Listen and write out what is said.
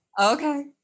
Okay